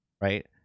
right